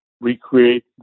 recreate